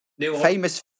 Famous